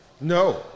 No